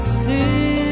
see